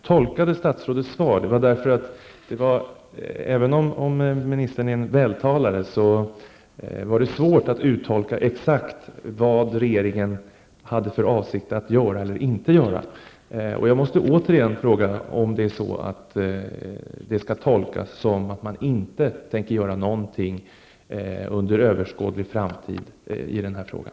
Herr talman! Även om ministern är en vältalare var det svårt att uttolka exakt vad regeringen hade för avsikt att göra eller inte göra. Jag måste återigen fråga om det skall tolkas så att regeringen inte tänker göra någonting under överskådlig framtid i den här frågan.